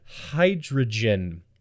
hydrogen